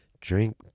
drink